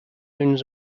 owns